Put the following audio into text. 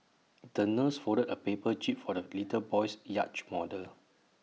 the nurse folded A paper jib for the little boy's yacht model